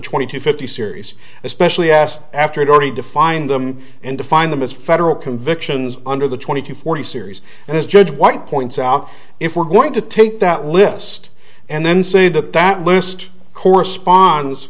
twenty to fifty series especially asked after it already defined them and defined them as federal convictions under the twenty to forty series and this judge white points out if we're going to take that list and then say that that list corresponds